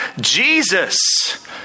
Jesus